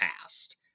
past